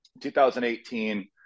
2018